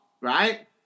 right